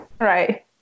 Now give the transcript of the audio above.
Right